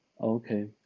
Okay